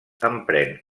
emprèn